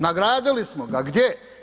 Nagradili smo ga, a gdje?